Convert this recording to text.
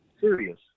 Serious